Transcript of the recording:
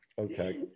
Okay